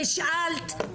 נשאלת,